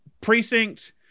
precinct